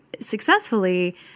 successfully